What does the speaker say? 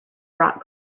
rock